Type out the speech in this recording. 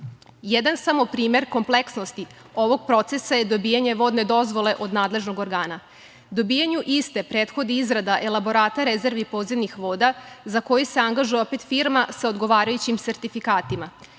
samo primer kompleksnosti ovog procesa je dobijanje vodne dozvole od nadležnog organa. Dobijanju iste prethodi izrada elaborata rezervi podzemnih voda za koji se angažuje opet firma za odgovarajućim sertifikatima.